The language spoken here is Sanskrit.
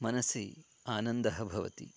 मनसि आनन्दः भवति